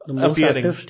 appearing